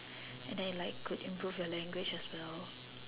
and then it like could improve your language as well